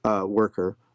worker